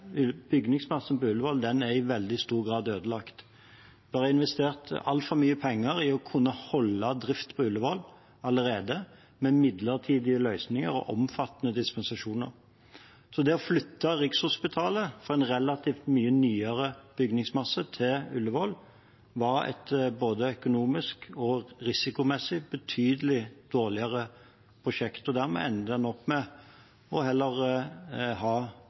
er allerede investert altfor mye penger i å kunne holde drift på Ullevål med midlertidige løsninger og omfattende dispensasjoner. Så det å flytte Rikshospitalet fra en relativt mye nyere bygningsmasse til Ullevål var et både økonomisk og risikomessig betydelig dårligere prosjekt, og dermed ender en med heller å ha